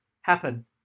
happen